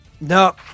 No